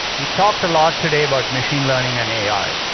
we talked a lot today about machine learning and ai.